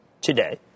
today